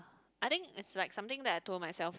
I think it's like something that I told myself